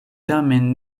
tamen